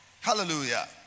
Hallelujah